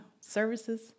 services